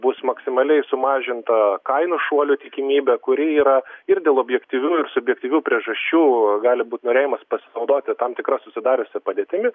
bus maksimaliai sumažinta kainų šuolio tikimybė kuri yra ir dėl objektyvių ir subjektyvių priežasčių gali būt norėjimas pasinaudoti tam tikra susidariusia padėtimi